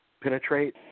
penetrate